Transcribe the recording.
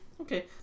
Okay